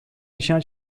inşa